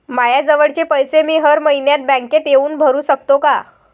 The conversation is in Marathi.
मायाजवळचे पैसे मी हर मइन्यात बँकेत येऊन भरू सकतो का?